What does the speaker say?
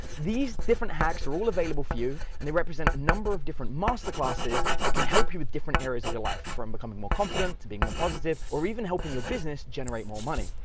these different hacks are all available for you, and they represent a number of different master classes that can help you with different areas of your life from becoming more confident to being more positive or even helping your business generate more money,